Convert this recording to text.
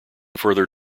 further